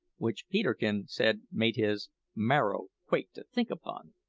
which peterkin said made his marrow quake to think upon.